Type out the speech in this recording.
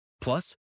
Plus